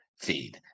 feed